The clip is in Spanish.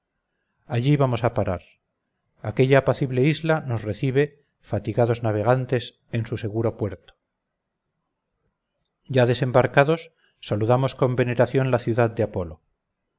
allí vamos a parar aquella apacible isla nos recibe fatigados navegantes en su seguro puerto ya desembarcados saludamos con veneración la ciudad de apolo